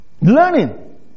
Learning